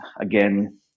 again